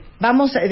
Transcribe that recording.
Vamos